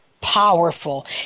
powerful